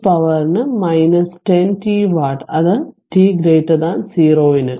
56 E പവറിന് 10 T watt അത് t 0 ന്